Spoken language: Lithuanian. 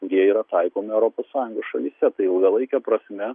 jie yra taikomi europos sąjungos šalyse tai ilgalaike prasme